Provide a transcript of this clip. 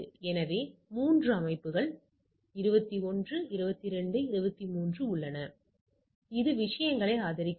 எனவே 3 அமைப்புகள் 21 22 23 உள்ளன இது விஷயங்களை ஆதரிக்கிறது